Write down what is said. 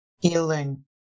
Healing